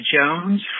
Jones